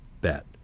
bet